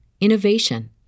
innovation